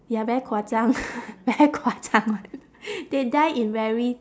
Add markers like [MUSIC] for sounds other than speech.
ya very 夸张 [LAUGHS] very 夸张 [one] [LAUGHS] they die in very